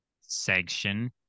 section